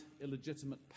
illegitimate